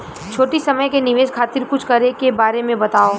छोटी समय के निवेश खातिर कुछ करे के बारे मे बताव?